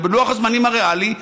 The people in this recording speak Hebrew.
ובלוח הזמנים הריאלי,